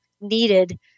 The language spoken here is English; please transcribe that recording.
needed